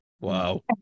Wow